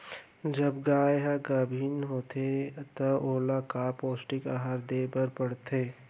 जब गाय ह गाभिन होथे त ओला का पौष्टिक आहार दे बर पढ़थे?